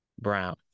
Brown